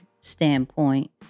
standpoint